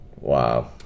Wow